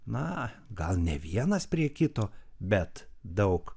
na gal ne vienas prie kito bet daug